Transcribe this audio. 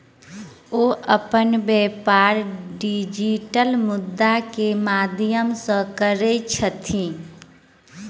ओ अपन व्यापार डिजिटल मुद्रा के माध्यम सॅ करैत छथि